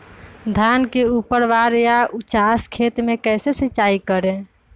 धान के ऊपरवार या उचास खेत मे कैसे सिंचाई करें?